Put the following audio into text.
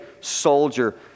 soldier